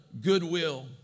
goodwill